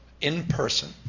in-person